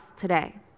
today